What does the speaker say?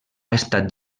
estat